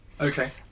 Okay